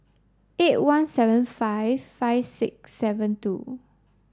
eight one seven five five six seven two